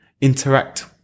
interact